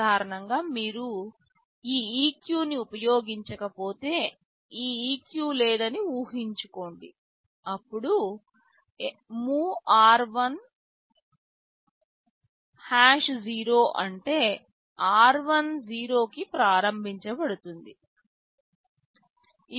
సాధారణంగా మీరు ఈ EQ ని ఉపయోగించకపోతే ఈ EQ లేదని ఊహించుకోండి అప్పుడు MOV r1 0 అంటే r1 0 కి ప్రారంభించబడుతుంది